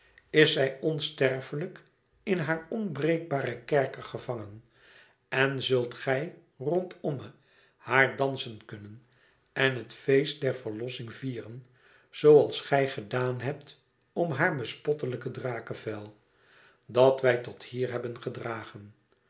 is zij onsterflijk in haar onbreekbaren kerker gevangen en zult gij rondomme haar dansen kunnen en het feest der verlossing vieren zoo als gij gedaan hebt om haar bespottelijke drakevel dat wij tot hier hebben gedragen